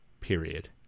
period